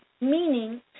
meaning